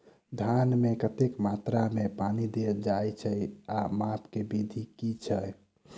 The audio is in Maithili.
धान मे कतेक मात्रा मे पानि देल जाएँ छैय आ माप केँ विधि केँ छैय?